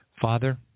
Father